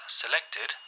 selected